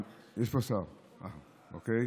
יש פה שר, אוקיי.